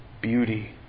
beauty